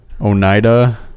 Oneida